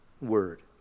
Word